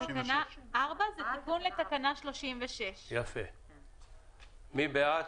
4 זה תיקון לתקנה 36. מי בעד?